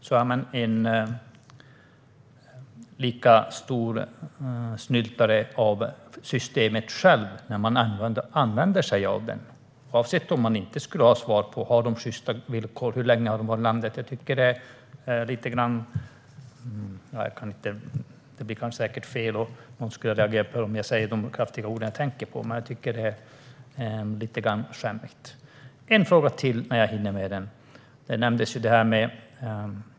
Men man är en lika stor snyltare på systemet när man använder sig av det, oavsett om man inte har svar på om de har sjysta villkor, hur länge de har varit i landet och så vidare. Någon skulle säkert reagera om jag säger de kraftfulla ord som jag tänker på. Men jag tycker att detta är lite skämmigt. Jag hinner med en fråga till.